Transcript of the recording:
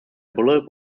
bullock